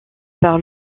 par